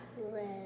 Red